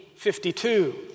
52